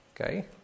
Okay